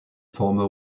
former